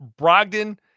Brogdon